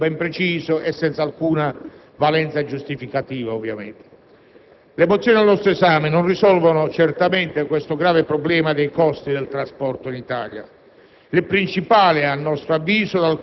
il sistema dei trasporti in Italia,